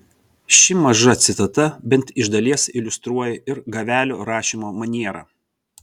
ši maža citata bent iš dalies iliustruoja ir gavelio rašymo manierą